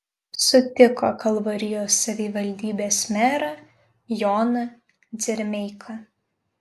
sutiko kalvarijos savivaldybės merą joną dzermeiką